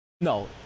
No